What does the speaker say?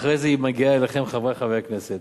אחרי זה היא מגיעה אליכם, חברי חברי הכנסת.